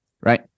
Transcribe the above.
Right